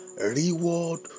reward